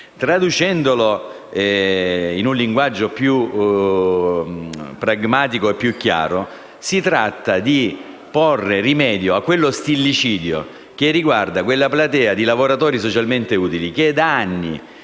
disposizione in un linguaggio più pragmatico e chiaro, si tratta di quello stillicidio che riguarda quella platea di lavoratori socialmente utili che da anni